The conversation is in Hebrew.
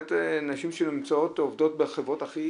באמת מכיר נשים שנמצאות או עובדות בחברות הכי